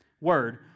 word